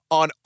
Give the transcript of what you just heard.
on